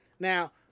Now